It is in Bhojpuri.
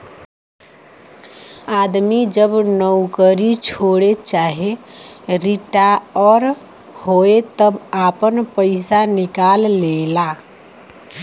आदमी जब नउकरी छोड़े चाहे रिटाअर होए तब आपन पइसा निकाल लेला